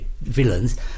villains